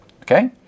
okay